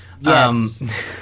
Yes